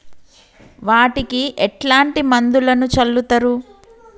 వాటికి ఎట్లాంటి మందులను చల్లుతరు?